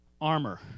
armor